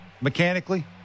mechanically